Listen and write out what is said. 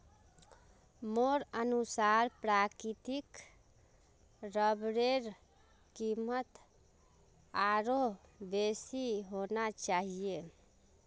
मोर अनुसार प्राकृतिक रबरेर कीमत आरोह बेसी होना चाहिए